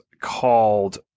called